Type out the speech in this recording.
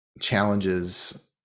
challenges